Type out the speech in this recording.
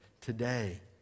Today